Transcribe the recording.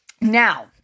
Now